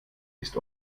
ist